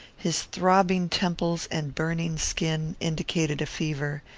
his throbbing temples and burning skin indicated a fever,